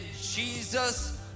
Jesus